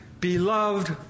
beloved